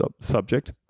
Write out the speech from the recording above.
subject